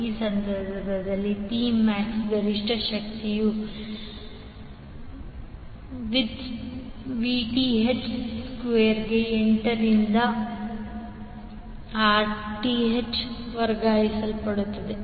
ಈ ಸಂದರ್ಭದಲ್ಲಿ P max ಗರಿಷ್ಠ ಶಕ್ತಿಯು vth ಸ್ಕ್ವೇರ್ಗೆ 8 ರಿಂದ rth ವರ್ಗಾಯಿಸಲ್ಪಡುತ್ತದೆ